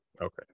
Okay